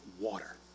water